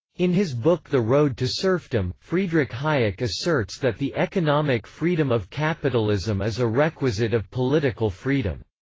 in his book the road to serfdom, friedrich hayek asserts that the economic freedom of capitalism is a requisite of political freedom.